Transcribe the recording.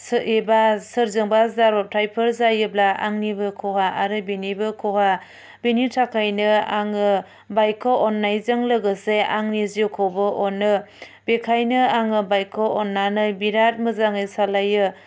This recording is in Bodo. सो एबा सोरजोंबा जाब्रबथाइफोर जायोब्ला आंनिबो खहा आरो बिनिबो खहा बिनि थाखायनो आङो बाइकखौ अन्नायजों लोगोसे आंनि जिउखौबो अनो बेखायनो आङो बाइकखौ अन्नानै बिराथ मोजाङै सालायो